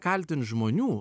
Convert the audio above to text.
kaltint žmonių